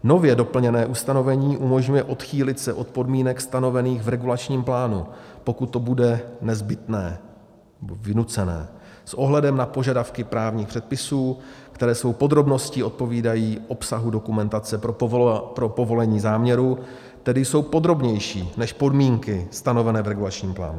Nově doplněné ustanovení umožňuje odchýlit se od podmínek stanovených v regulačním plánu, pokud to bude nezbytné nebo vynucené s ohledem na požadavky právních předpisů, které svou podrobností odpovídají obsahu dokumentace pro povolení záměru, tedy jsou podrobnější než podmínky stanovené v regulačním plánu.